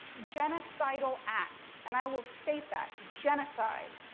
genocidal acts. and i will state that, genocide.